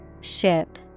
Ship